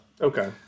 Okay